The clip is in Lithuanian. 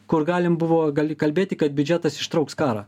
kur galim buvo gali kalbėti kad biudžetas ištrauks karą